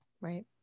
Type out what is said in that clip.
Right